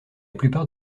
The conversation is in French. plupart